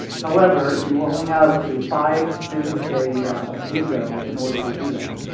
however, you will only have a five business day window in order to do that,